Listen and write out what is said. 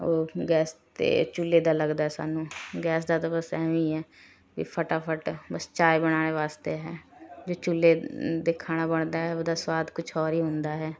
ਉਹ ਗੈਸ 'ਤੇ ਚੁੱਲ੍ਹੇ ਦਾ ਲੱਗਦਾ ਹੈ ਸਾਨੂੰ ਗੈਸ ਦਾ ਤਾਂ ਬਸ ਐਵੇਂ ਹੀ ਹੈ ਵੀ ਫਟਾਫਟ ਬਸ ਚਾਹ ਬਣਾਉਣ ਵਾਸਤੇ ਹੈ ਜੇ ਚੁੱਲ੍ਹੇ 'ਤੇ ਖਾਣਾ ਬਣਦਾ ਹੈ ਉਹਦਾ ਸੁਆਦ ਕੁਛ ਔਰ ਹੀ ਹੁੰਦਾ ਹੈ